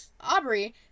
Aubrey